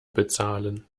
bezahlen